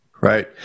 right